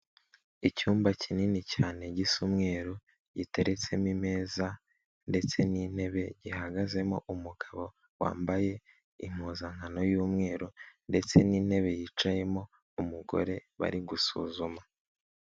Icyumba kinini cyane gisa umweru giteretsemo ameza ndetse n'intebe, gihagazemo umugabo wambaye impuzankano y'umweru ndetse n'intebe yicayemo umugore bari gusuzuma.